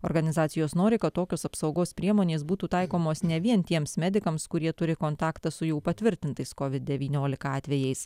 organizacijos nori kad tokios apsaugos priemonės būtų taikomos ne vien tiems medikams kurie turi kontaktą su jau patvirtintais covid devyniolika atvejais